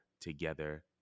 together